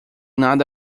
nada